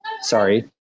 sorry